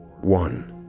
one